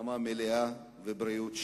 החלמה מלאה ובריאות שלמה,